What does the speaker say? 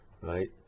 right